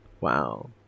Wow